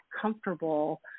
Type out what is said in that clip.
comfortable